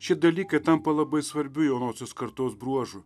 šie dalykai tampa labai svarbiu jaunosios kartos bruožu